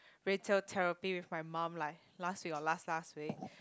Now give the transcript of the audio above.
retail therapy with my mum like last week or last last week